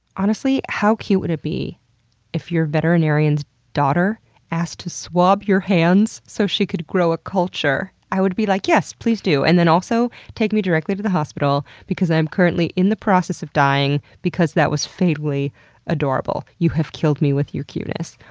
honestly, how cute would it be if your veterinarian's daughter asked to swab your hands so she could grow a culture? i would be like, yes, please do that, and then also please take me directly to the hospital, because i am currently in the process of dying because that was fatally adorable. you have killed me with your cuteness.